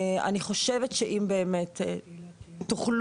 אני חושבת שאם באמת תוכלו,